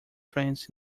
friends